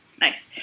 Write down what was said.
Nice